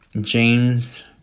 James